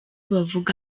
bavuga